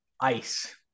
ice